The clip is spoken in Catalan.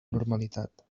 normalitat